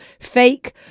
fake